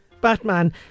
Batman